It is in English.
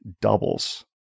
doubles